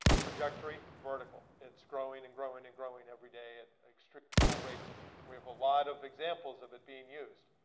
trajectory, vertical. it's growing and growing and growing every day at extremely high rates. and we have a lot of examples of it being used.